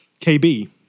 KB